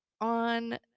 on